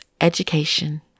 education